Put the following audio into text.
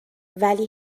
ولی